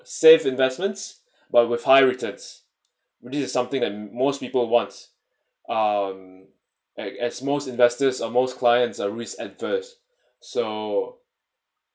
safe investments but with higher returns this is something and most people wants um as as most investors or most clients are risk adverse so